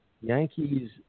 Yankees